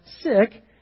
sick